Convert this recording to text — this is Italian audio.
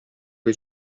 che